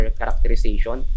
characterization